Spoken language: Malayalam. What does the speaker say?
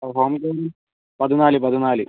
ആ ക്വാറൻ്റൈനിൽ പതിനാല് പതിനാല്